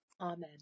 Amen